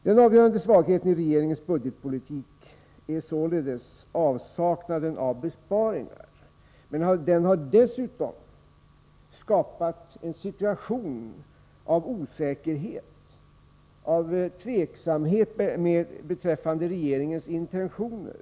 Den avgörande svagheten i regeringens budgetpolitik är således avsaknaden av besparingar, och man har dessutom skapat en situation av osäkerhet och tveksamhet beträffande regeringens intentioner.